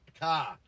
car